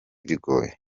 bigoye